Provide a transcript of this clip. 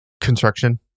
construction